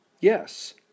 Yes